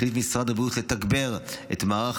החליט משרד הבריאות לתגבר את המערך